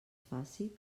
faci